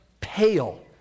pale